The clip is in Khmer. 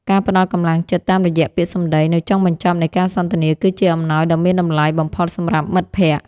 ការផ្ដល់កម្លាំងចិត្តតាមរយៈពាក្យសម្តីនៅចុងបញ្ចប់នៃការសន្ទនាគឺជាអំណោយដ៏មានតម្លៃបំផុតសម្រាប់មិត្តភក្តិ។